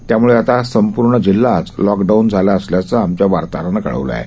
त्यामुळे आता संपूर्ण जिल्हाच लॉकडाऊन झाला असल्याचं आमच्या वार्ताहरानं कळवलं आहे